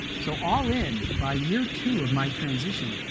so all in, by year two of my transition,